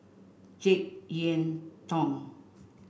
Jek Yeun Thong